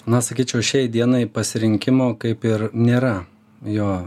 na sakyčiau šiai dienai pasirinkimo kaip ir nėra jo